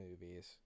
movies